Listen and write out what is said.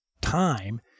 time